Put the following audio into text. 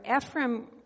Ephraim